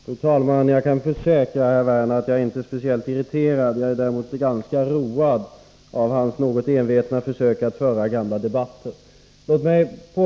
Fru talman! Jag kan försäkra att jag inte är speciellt irriterad men däremot ganska road av Lars Werners något envetna försök att föra gamla debatter.